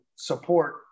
support